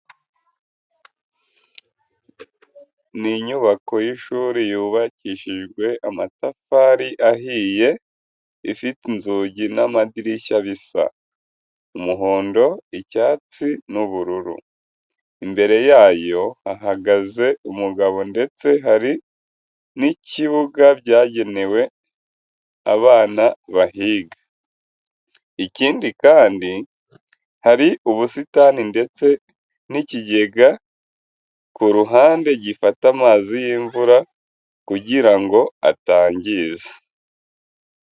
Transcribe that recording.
Ni inyubako y'ishuri yubakishijwe amatafari ahiye, ifite inzugi n'amadirishya bisa umuhondo, icyatsi n'ubururu. Imbere yayo hahagaze umugabo ndetse hari n'ibyicungo byagenewe abana bahiga. Ikindi kandi, hari ubusitani ndetse n'ikigega ku ruhande gifata amazi y'imvura kugira ngo atangiza.